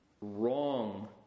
Wrong